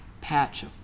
patch